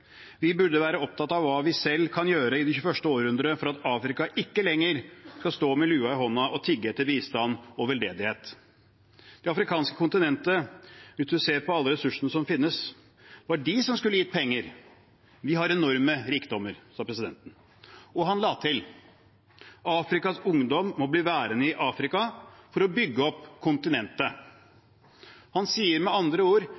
Vi burde være opptatt av hva vi selv kan gjøre i det 21. århundre for at Afrika ikke lenger skal stå med lua i hånda og tigge etter bistand og veldedighet. Det afrikanske kontinentet – hvis man ser på alle ressursene som finnes, var det som skulle gitt penger. Vi har enorme rikdommer, sa presidenten. Og han la til: Afrikas ungdom må bli værende i Afrika for å bygge opp kontinentet. Han sier med andre ord